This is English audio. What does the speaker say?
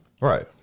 Right